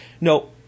No